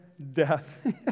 Death